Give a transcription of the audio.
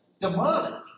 demonic